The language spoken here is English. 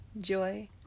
joy